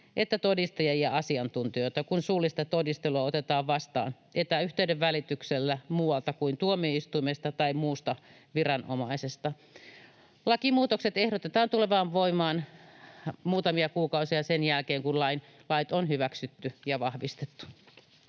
että todistajia ja asiantuntijoita, kun suullista todistelua otetaan vastaan etäyhteyden välityksellä muualta kuin tuomioistuimesta tai muusta viranomaisesta. Lakimuutokset ehdotetaan tulemaan voimaan muutamia kuukausia sen jälkeen, kun lait on hyväksytty ja vahvistettu.